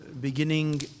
Beginning